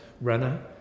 runner